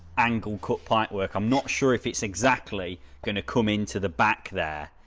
angle cut pipework. i'm not sure if it's exactly gonna come into the back there.